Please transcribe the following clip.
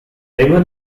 ribbon